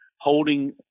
holding